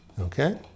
Okay